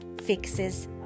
fixes